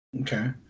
Okay